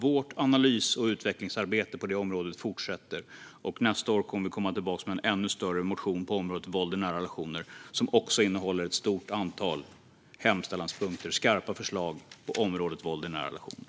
Vårt analys och utvecklingsarbete på området fortsätter, och nästa år kommer vi tillbaka med en ännu större motion på området våld i nära relationer. Den motionen kommer att innehålla ett stort antal hemställanspunkter med skarpa förslag på området våld i nära relationer.